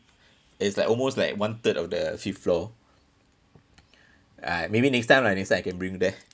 it's like almost like one third of the fifth floor ah maybe next time lah next time I can bring you there